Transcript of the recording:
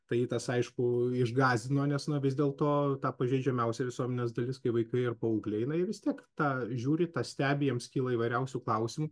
tai tas aišku išgąsdino nes na vis dėl to pažeidžiamiausia visuomenės dalis kai vaikai ar paaugliai na jie vis tiek tą žiūri tą stebi jiems kyla įvairiausių klausimų